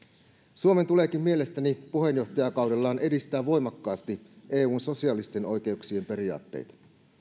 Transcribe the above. suomen tuleekin mielestäni puheenjohtajakaudellaan edistää voimakkaasti eun sosiaalisten oikeuksien periaatteita